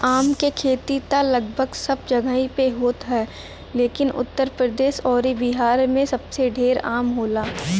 आम क खेती त लगभग सब जगही पे होत ह लेकिन उत्तर प्रदेश अउरी बिहार में सबसे ढेर आम होला